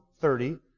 thirty